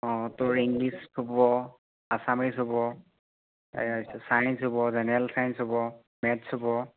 অঁ তোৰ ইংলিছ হ'ব আছামীজ হ'ব ছায়েঞ্চ হ'ব জেনেৰেল ছায়েঞ্চ হ'ব মেথছ্ হ'ব